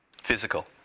physical